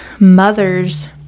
mothers